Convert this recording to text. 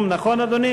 לעכשיו